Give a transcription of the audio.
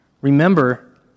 Remember